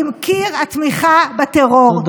עם קיר התמיכה בטרור.